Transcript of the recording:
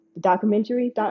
Documentary